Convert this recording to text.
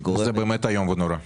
זה באמת איום ונורא.